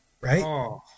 right